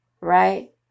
right